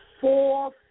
four